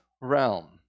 realm